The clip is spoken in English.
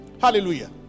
Hallelujah